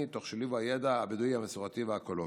תוך שילוב הידע הבדואי המסורתי והאקולוגי.